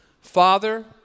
Father